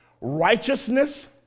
righteousness